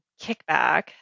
Kickback